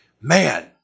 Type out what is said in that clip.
man